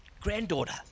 granddaughter